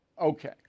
Okay